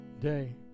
Day